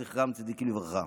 זכר צדיקים לברכה.